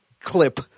clip